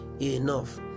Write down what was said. enough